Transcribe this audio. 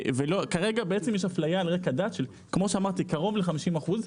כרגע יש אפליה על רקע דת של קרוב ל-50%.